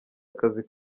akazi